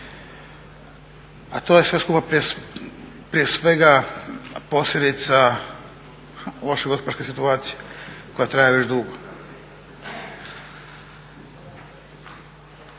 a to je sve skupa prije svega posljedica loše gospodarske situacije koja traje već dugo.